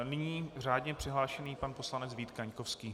Nyní řádně přihlášený pan poslanec Vít Kaňkovský.